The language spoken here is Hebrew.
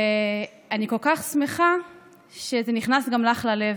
אני כל כך שמחה שזה נכנס גם לך ללב